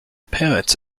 parents